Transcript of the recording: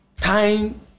Time